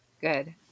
Good